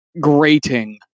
grating